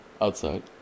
outside